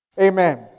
Amen